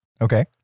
Okay